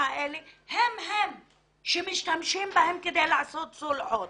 האלה הם אלה שמשתמשים בהם כדי לעשות סולחות.